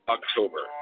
October